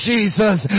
Jesus